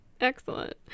Excellent